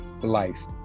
Life